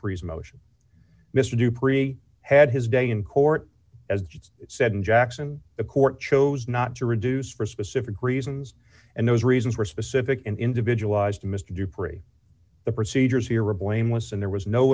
preez motion mr du pree had his day in court as it's said in jackson the court chose not to reduce for specific reasons and those reasons were specific and individual to mr du pree the procedures here are blameless and there was no